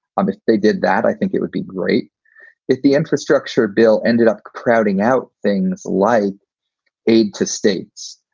um if they did that i think it would be great if the infrastructure bill ended up crowding out things like aid to states,